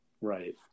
right